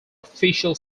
official